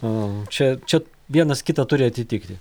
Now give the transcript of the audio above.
o čia čia vienas kitą turi atitikti